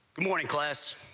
morning, class.